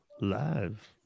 live